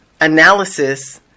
analysis